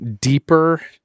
deeper